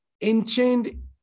enchained